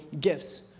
gifts